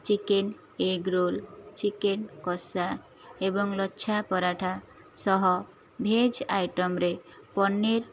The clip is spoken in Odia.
chicken egg roll chicken kosha ଏବଂ ଲଚ୍ଛା ପରାଠା ସହ ଭେଜ ଆଇଟମରେ ପନିର୍